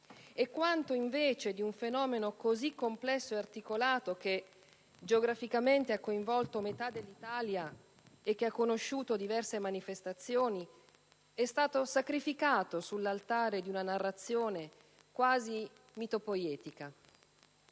E quanto invece di un fenomeno così complesso ed articolato che geograficamente ha coinvolto metà dell'Italia e che ha conosciuto diverse manifestazioni è stato sacrificato sull'altare di una narrazione quasi mitopoietica?